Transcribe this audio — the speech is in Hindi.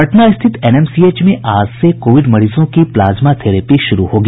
पटना स्थित एनएमसीएच में आज से कोविड मरीजों की प्लाज्मा थेरेपी शुरू होगी